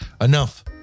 enough